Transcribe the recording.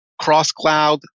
cross-cloud